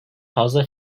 fazla